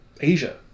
Asia